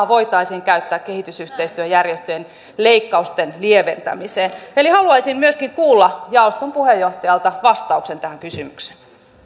voitaisiin käyttää kehitysyhteistyöjärjestöjen leikkausten lieventämiseen eli haluaisin myöskin kuulla jaoston puheenjohtajalta vastauksen tähän kysymykseen